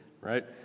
right